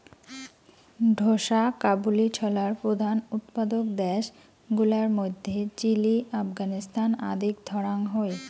ঢোসা কাবুলি ছোলার প্রধান উৎপাদক দ্যাশ গুলার মইধ্যে চিলি, আফগানিস্তান আদিক ধরাং হই